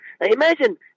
imagine